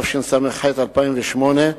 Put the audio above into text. התשס"ח 2008,